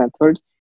methods